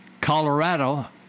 Colorado